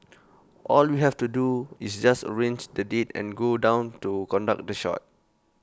all we have to do is just arrange the date and go down to conduct the shoot